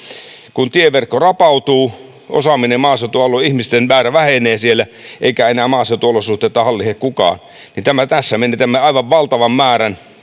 kun tieverkko rapautuu osaaminen maaseutualueella ihmisten määrä vähenee siellä eikä enää maaseutuolosuhteita hallitse kukaan niin tässä menetämme aivan valtavan määrän